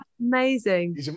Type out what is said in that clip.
amazing